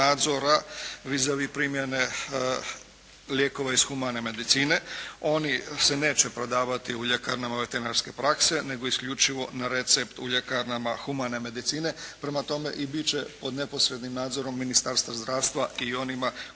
vis a vis primjene lijekova iz humane medicine, oni se neće prodavati u ljekarnama veterinarske prakse, nego isključivo na recept u ljekarnama humane medicine, prema tome i biti će pod neposrednim nadzorom Ministarstva zdravstva i onima koji